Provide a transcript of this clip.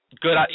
good